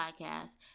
podcast